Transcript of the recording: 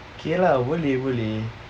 okay lah boleh boleh